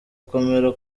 gukomera